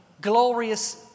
glorious